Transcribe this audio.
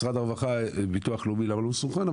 משרד הרווחה וביטוח לאומי למה לא מסונכרן,